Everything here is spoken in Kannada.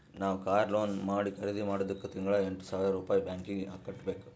ನಾವ್ ಕಾರ್ ಲೋನ್ ಮಾಡಿ ಖರ್ದಿ ಮಾಡಿದ್ದುಕ್ ತಿಂಗಳಾ ಎಂಟ್ ಸಾವಿರ್ ರುಪಾಯಿ ಬ್ಯಾಂಕೀಗಿ ಕಟ್ಟಬೇಕ್